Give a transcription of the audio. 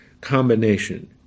combination